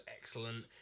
excellent